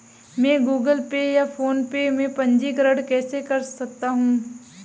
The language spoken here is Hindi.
मैं गूगल पे या फोनपे में पंजीकरण कैसे कर सकता हूँ?